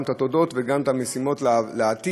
גם את התודות וגם את המשימות לעתיד,